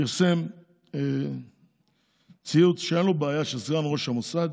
פרסם ציוץ שאין לו בעיה שסגן ראש המוסד